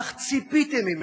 מה ציפיתם ממני?